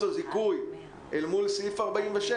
הזיכוי אל מול סעיף 46,